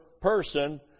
person